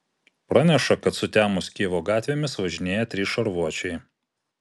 praneša kad sutemus kijevo gatvėmis važinėja trys šarvuočiai